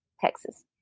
Texas